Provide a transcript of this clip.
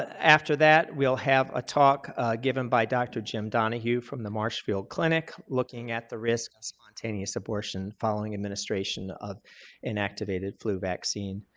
after that we'll have a talk given by dr. jim donahue from the marshfield clinic looking at the risks of spontaneous abortion following administration of inactivated flu vaccine.